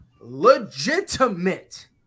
legitimate